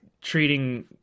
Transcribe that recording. treating